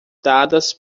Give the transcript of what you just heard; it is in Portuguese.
dadas